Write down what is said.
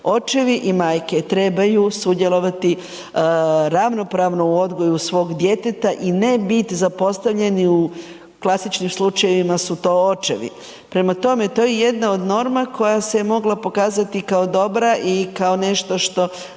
očevi i majke trebaju sudjelovati ravnopravno u odgoju svog djeteta i ne bit zapostavljeni, u klasičnim slučajevima su to očevi. Prema tome, to je jedna od norma koja se je mogla pokazati kao dobra i kao nešto što